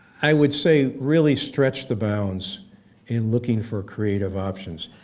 i would say, really stretch the bounds in looking for creative options.